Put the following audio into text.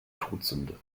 todsünde